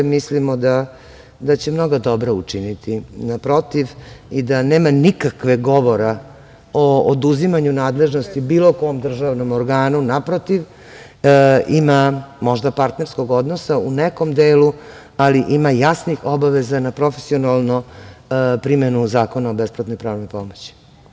Mislimo da će mnoga dobra učiniti, naprotiv i da nema nikakvog govora o oduzimanju nadležnosti bilo kom državnom organu, naprotiv, ima možda partnerskog odnosa u partnerskom delu, ali ima jasnih obaveza na profesionalnu primenu Zakona o besplatnoj pravnoj pomoći.